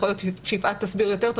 שיפעת תסביר יותר טוב,